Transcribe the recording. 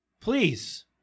please